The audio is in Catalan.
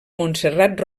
montserrat